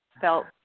felt